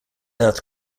earth